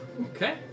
Okay